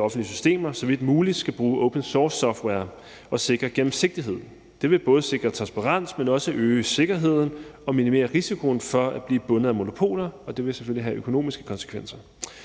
offentlige systemer, så vidt muligt skal bruge open source-software og sikre gennemsigtighed. Det vil både sikre transparens, men også øge sikkerheden og minimere risikoen for at blive bundet af monopoler, og det vil selvfølgelig have økonomiske konsekvenser.